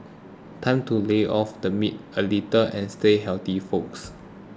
time to lay off the meat a little and stay healthy folks